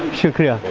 shukeriya.